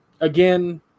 again